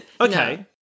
okay